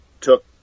took